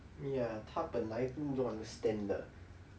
ya 他本来是 don't understand 的